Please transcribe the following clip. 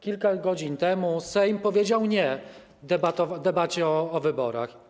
Kilka godzin temu Sejm powiedział „nie” debacie o wyborach.